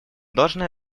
должное